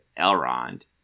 Elrond